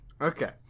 okay